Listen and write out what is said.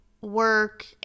work